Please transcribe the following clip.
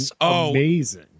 amazing